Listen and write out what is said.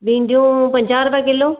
भिंडियूं पंजाहु रुपया किलो